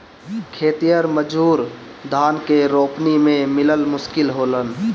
खेतिहर मजूर धान के रोपनी में मिलल मुश्किल होलन